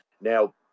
Now